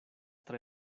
tre